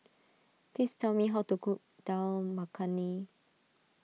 please tell me how to cook Dal Makhani